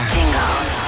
Jingles